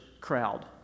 crowd